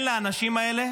אין לאנשים האלה